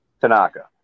Tanaka